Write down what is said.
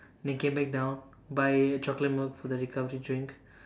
then came back down buy chocolate milk for the recovery drink